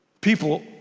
People